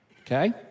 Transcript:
okay